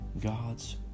God's